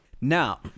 Now